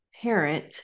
parent